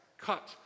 cut